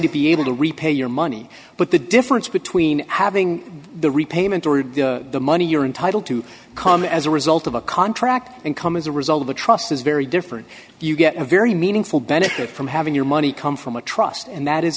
to be able to repay your money but the difference between having the repayment or the money you're entitle to come as a result of a contract and come as a result of the trust is very different you get a very meaningful benefit from having your money come from a trust and that is